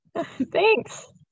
Thanks